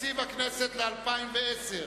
תקציב הכנסת ל-2010.